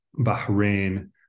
Bahrain